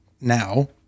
Now